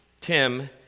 Tim